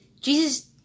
Jesus